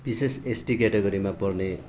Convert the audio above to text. विशेष एसटी क्याटोगरीमा पर्ने